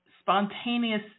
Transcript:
spontaneous